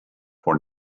for